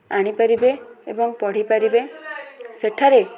ଆଣିପାରିବେ ଏବଂ ପଢ଼ିପାରିବେ ସେଠାରେ